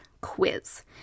quiz